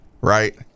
right